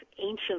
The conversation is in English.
ancient